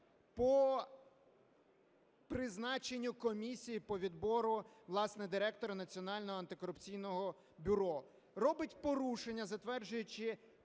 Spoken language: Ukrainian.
по призначенню комісії по відбору, власне, Директора Національного антикорупційного бюро, робить порушення, затверджуючи